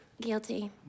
Guilty